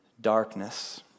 darkness